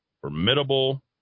Formidable